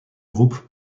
groupe